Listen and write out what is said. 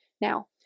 Now